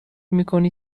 میکنی